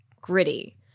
gritty